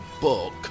book